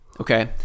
Okay